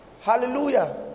Hallelujah